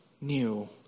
new